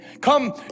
come